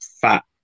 fat